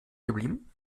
geblieben